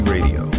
Radio